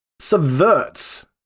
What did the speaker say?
subverts